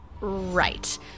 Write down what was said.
Right